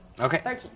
Okay